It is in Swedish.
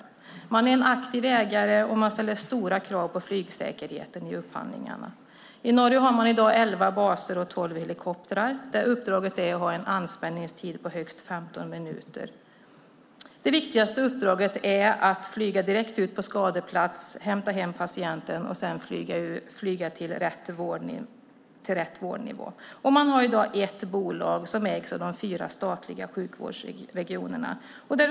Staten är en aktiv ägare och ställer stora krav på flygsäkerheten i upphandlingarna. I Norge har man i dag elva baser och 12 helikoptrar, och uppdraget är att ha en anspänningstid på högst 15 minuter. Det viktigaste uppdraget är att flyga direkt ut på skadeplats, hämta hem patienten och sedan flyga till rätt vårdnivå. Man har i dag ett bolag som ägs av de fyra statliga sjukvårdsregionerna.